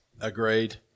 Agreed